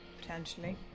potentially